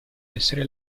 essere